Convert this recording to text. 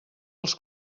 els